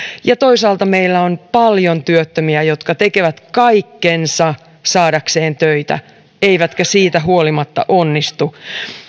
ja toisaalta meillä on paljon työttömiä jotka tekevät kaikkensa saadakseen töitä eivätkä siitä huolimatta onnistu